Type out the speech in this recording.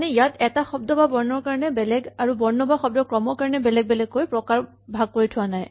মানে ইয়াত এটা শব্দ বা বৰ্ণৰ কাৰণে বেলেগ আৰু বৰ্ণ বা শব্দৰ ক্ৰমৰ কাৰণে বেলেগ বেলেগকৈ প্ৰকাৰ ভাগ কৰি থোৱা নাই